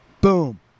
Boom